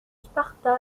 sparta